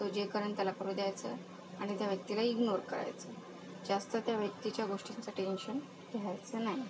तो जे करेन त्याला करू द्यायचं आणि त्या व्यक्तीला इग्नोर करायचं जास्त त्या व्यक्तीच्या गोष्टींचं टेन्शन घ्यायचं नाही